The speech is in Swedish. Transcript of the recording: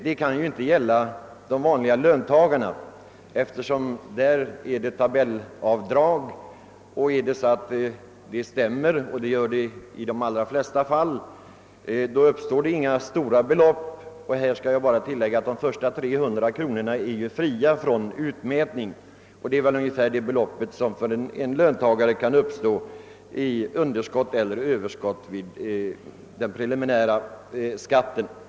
Detta kan i varje fall inte gälla de vanliga löntagarna, eftersom avdragen för dem sker enligt tabell och dessa avdrag vanligen stämmer med den slutliga skatten. Det blir då inga stora överskjutande belopp och jag vill tillägga att de första 300 kronorna är fria från utmätning. Detta är väl ungefär det belopp som kan uppstå i underskott eller överskott när det gäller preliminär skatt för en löntagare.